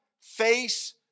face